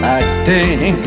acting